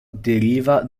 deriva